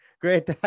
great